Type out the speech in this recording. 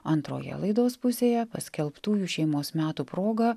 antroje laidos pusėje paskelbtųjų šeimos metų proga